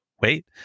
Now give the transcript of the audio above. wait